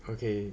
okay